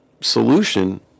solution